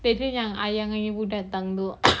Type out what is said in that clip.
hari itu yang ayah dengan ibu datang tu